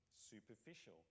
superficial